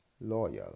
loyal